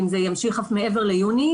אם זה ימשיך אף מעבר ליוני,